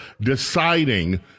deciding